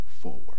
forward